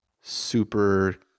super